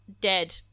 dead